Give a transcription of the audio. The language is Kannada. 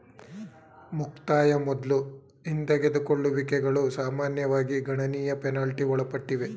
ಮುಕ್ತಾಯ ಮೊದ್ಲು ಹಿಂದೆಗೆದುಕೊಳ್ಳುವಿಕೆಗಳು ಸಾಮಾನ್ಯವಾಗಿ ಗಣನೀಯ ಪೆನಾಲ್ಟಿ ಒಳಪಟ್ಟಿವೆ